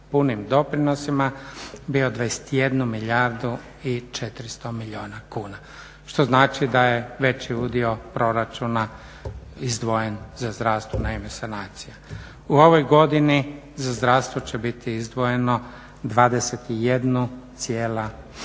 punim doprinosima bio 21 milijardu i 400 milijuna kuna što znači da je veći udio proračuna izdvojen za zdravstvo na ime sanacija. U ovoj godini za zdravstvo će biti izdvojeno 21,2